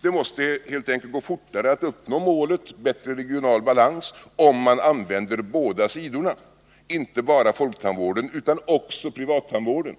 Det måste helt enkelt gå fortare att uppnå målet bra regional balans om man använder båda sidorna, inte bara folktandvården utan också privattandvården,